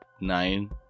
nine